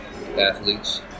athletes